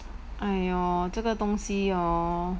!aiyo! 这个东西 hor